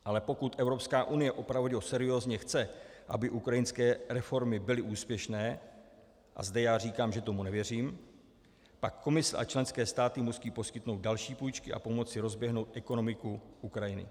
Ale pokud Evropská unie opravdu seriózně chce, aby ukrajinské reformy byly úspěšné a zde já říkám, že tomu nevěřím pak Komise a členské státy musí poskytnout další půjčky a pomoci rozběhnout ekonomiku Ukrajiny.